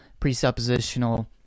presuppositional